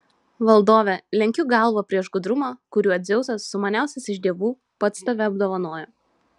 valdove lenkiu galvą prieš gudrumą kuriuo dzeusas sumaniausias iš dievų pats tave apdovanojo